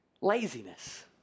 Laziness